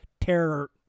terror